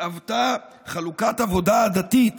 התהוותה חלוקת עבודה עדתית